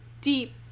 deep